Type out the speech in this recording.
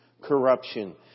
corruption